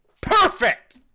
Perfect